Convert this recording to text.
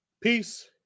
peace